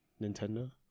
Nintendo